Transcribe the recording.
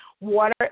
Water